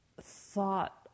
thought